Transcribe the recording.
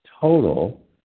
total